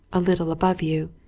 a little above you,